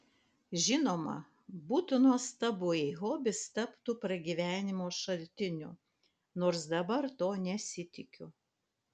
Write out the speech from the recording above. žinoma būtų nuostabu jei hobis taptų pragyvenimo šaltiniu nors dabar to nesitikiu